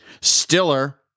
Stiller